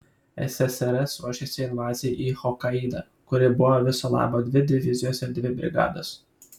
ssrs ruošėsi invazijai į hokaidą kuri buvo viso labo dvi divizijos ir dvi brigados